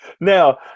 Now